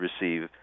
receive